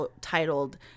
titled